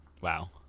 Wow